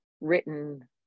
written